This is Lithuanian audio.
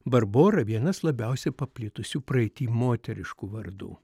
barbora vienas labiausiai paplitusių praeity moteriškų vardų